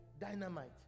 dynamite